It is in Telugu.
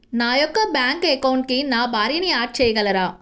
నా యొక్క బ్యాంక్ అకౌంట్కి నా భార్యని యాడ్ చేయగలరా?